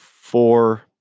four